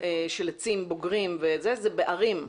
של עצים בוגרים, הן מהערים.